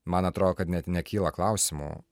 man atrodo kad net nekyla klausimų